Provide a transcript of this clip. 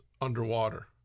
underwater